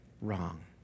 wrong